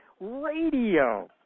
Radio